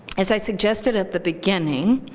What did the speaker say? as i suggested at the beginning,